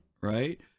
right